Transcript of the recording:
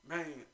Man